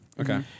Okay